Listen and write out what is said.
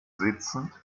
sitzend